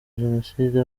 genocide